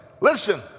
Listen